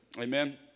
Amen